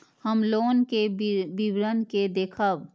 हम लोन के विवरण के देखब?